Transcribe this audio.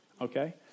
okay